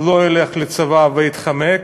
לא ילך לצבא ויתחמק,